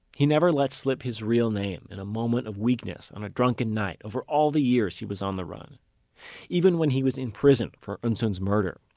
he never let slip his real name in a moment of weakness on a drunken night over all the years he was on the run even when he was in prison for eunsoon's murder,